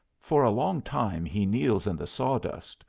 for a long time he kneels in the sawdust,